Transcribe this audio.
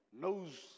knows